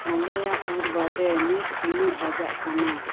ᱟᱞᱮᱭᱟᱜ ᱯᱩᱨᱵᱟᱰᱮ ᱱᱤᱛ ᱛᱤᱱᱟᱹᱜ ᱵᱟᱡᱟᱜ ᱠᱟᱱᱟ